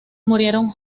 murieron